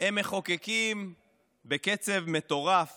הם מחוקקים בקצב מטורף